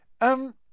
Um